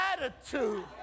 attitude